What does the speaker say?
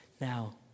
Now